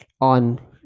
on